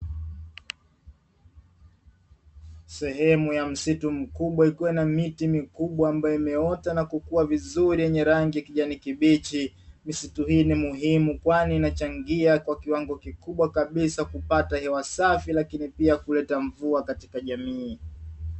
Sehemu ya msitu mkubwa ikuwa na miti mikubwa ambayo imeota na kukua vizuri yenye rangi kijani kibichi. Misitu hii ni muhimu kwani inachangia kwa kiwango kikubwa kabisa kupata hewa safi lakini pia kuleta mvua katika jamii.